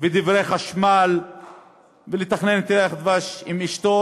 ודברי חשמל ולתכנן את ירח הדבש עם אשתו,